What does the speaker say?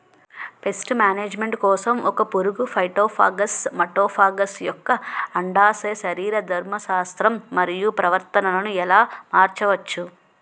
Paste management కోసం ఒక పురుగు ఫైటోఫాగస్హె మటోఫాగస్ యెక్క అండాశయ శరీరధర్మ శాస్త్రం మరియు ప్రవర్తనను ఎలా మార్చచ్చు?